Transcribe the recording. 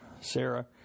Sarah